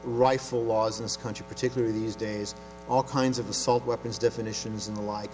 rifle laws in this country particularly these days all kinds of assault weapons definitions and the like